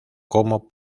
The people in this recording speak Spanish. como